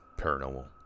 paranormal